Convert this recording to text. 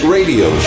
Radio